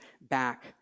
back